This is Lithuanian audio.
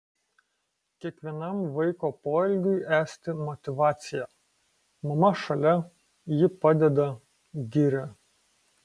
kiekvienam vaiko poelgiui esti motyvacija mama šalia ji padeda giria